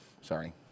Sorry